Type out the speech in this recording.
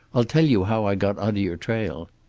i'll tell you how i got onto your trail.